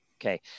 Okay